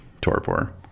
torpor